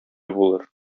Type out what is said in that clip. булыр